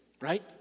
right